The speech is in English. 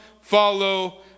follow